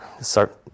start